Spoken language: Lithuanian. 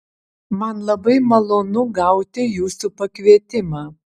man labai malonu gauti jūsų pakvietimą